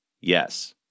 Yes